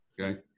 Okay